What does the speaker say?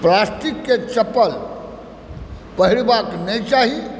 प्लास्टिकके चप्पल पहिरबाक नहि चाही